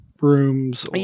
rooms